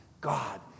God